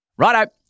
Righto